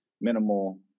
minimal